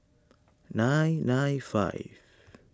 nine nine five